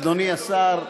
אדוני השר,